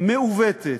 תפיסה מעוותת.